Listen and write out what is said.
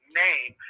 name